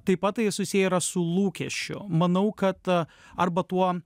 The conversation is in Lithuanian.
taip pat tai susiję su lūkesčiu manau kad arba tuo